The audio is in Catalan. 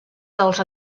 dels